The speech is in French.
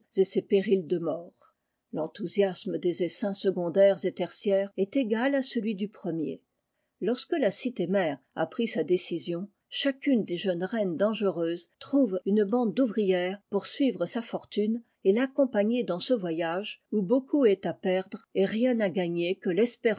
ces périls de mort l'enthousiasme des essaims secondaires et tertiaires est égal à celui du premier lorsque la cité mère a pris sa décision chacune des jeunes reines dangereuses trouve une bande d'ouvrières pour suivre sa fortune et l'accompagner dans ce voyage où beaucoup est à perdre et rien à gagner que